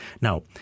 Now